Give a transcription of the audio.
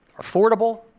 affordable